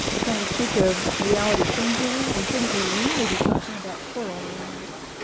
can we speak of reality singular, or shouldn't we really be talking about plural realities?